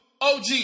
OG